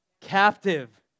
Captive